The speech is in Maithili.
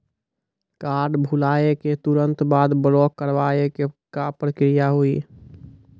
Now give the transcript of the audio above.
कार्ड भुलाए के तुरंत बाद ब्लॉक करवाए के का प्रक्रिया हुई?